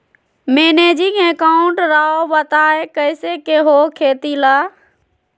Managing account राव बताएं कैसे के हो खेती ला?